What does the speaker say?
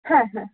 হ্যাঁ হ্যাঁ